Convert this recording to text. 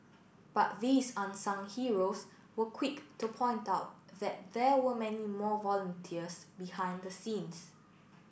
but these unsung heroes were quick to point out that there were many more volunteers behind the scenes